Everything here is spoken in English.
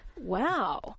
Wow